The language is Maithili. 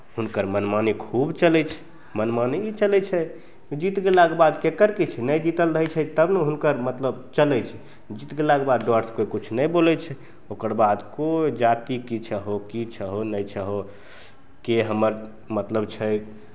हुनकर मनमानी खूब चलै छै मनमानी ई चलै छै जीत गयलाक बाद ककर के छै नहि जीतल रहै छै तब ने हुनकर मतलब चलै छै जीत गयलाक बाद डरसँ कोइ किछु नहि बोलै छै ओकर बाद कोइ जाति छहो की छहो नहि छहो के हमर मतलब छै